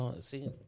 see